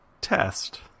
Test